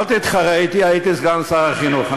אל תתחרה אתי, הייתי סגן שר החינוך.